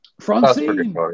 Francine